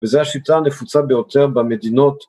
וזה השיטה הנפוצה ביותר במדינות...